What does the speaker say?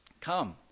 come